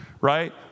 right